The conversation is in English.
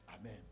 Amen